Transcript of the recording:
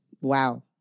wow